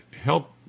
help